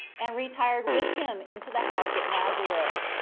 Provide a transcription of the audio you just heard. and retired with him into the house at nazareth.